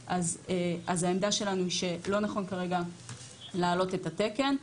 אז העמדה שלנו שלא נכון כרגע להעלות את התקן.